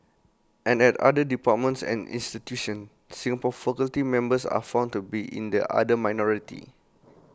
and at other departments and institutions Singaporean faculty members are found to be in the other minority